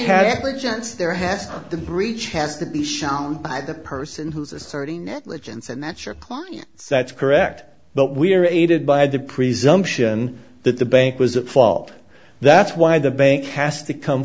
gents there has the breach has to be shown by the person who's asserting negligence and that's your client that's correct but we are aided by the presumption that the bank was a fault that's why the bank has to come